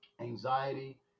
anxiety